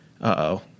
uh-oh